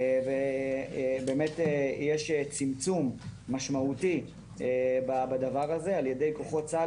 ובאמת יש צמצום משמעותי בדבר הזה על ידי כוחות צה"ל